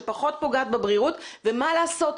שפחות פוגעת בבריאות ומה לעשות,